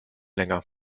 länger